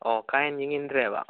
ꯑꯣ ꯀꯥ ꯍꯦꯟꯅ ꯌꯦꯡꯁꯤꯟꯗ꯭ꯔꯦꯕ